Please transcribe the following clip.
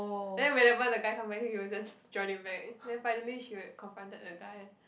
then whenever the guy come back then he will just join it back then finally she would confronted the guy